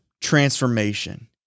transformation